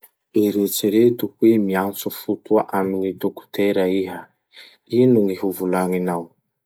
Eritsereto hoe miantso fotoa amy gny dokotera iha. Ino gny hovolagninao?